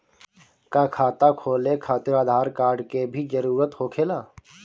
का खाता खोले खातिर आधार कार्ड के भी जरूरत होखेला?